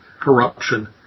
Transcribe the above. corruption